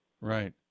Right